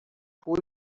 پول